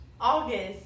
August